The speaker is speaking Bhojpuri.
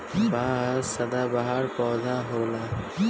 बांस सदाबहार पौधा होला